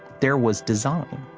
there was design